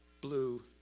blue